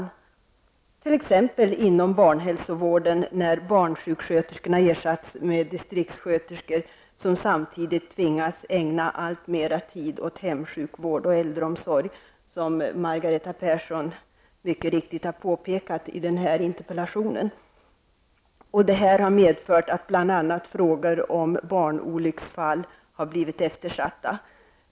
Så är det t.ex. inom barnhälsovården, där barnsjuksköterskorna ersatts med distriktsköterskor, som samtidigt tvingas ägna allt mera tid åt hemsjukvård och äldreomsorg, som Margareta Persson mycket riktigt har påpekat i den här interpellationen. Det här har medfört att bl.a. frågor om barnolycksfall blivit eftersatta.